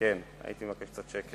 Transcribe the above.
הייתי מבקש קצת שקט.